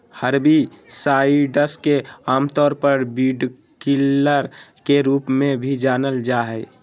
herbicides के आमतौर पर वीडकिलर के रूप में भी जानल जा हइ